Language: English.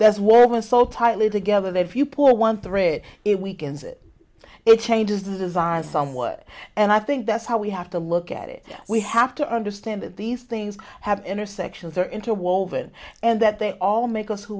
that's where we are so tightly together that if you poor one thread it weakens it it changes the virus somewhat and i think that's how we have to look at it we have to understand that these things have intersections or interwoven and that they all make us who